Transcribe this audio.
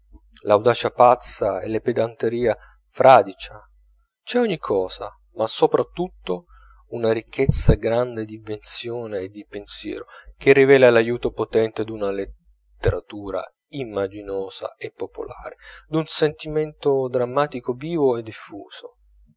l'audacia pazza e la pedanteria fradicia c'è ogni cosa ma sopra tutto una ricchezza grande d'invenzione e di pensiero che rivela l'aiuto potente d'una letteratura immaginosa e popolare d'un sentimento drammatico vivo e diffuso